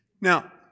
Now